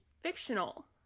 fictional